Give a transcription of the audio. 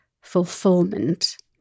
fulfillment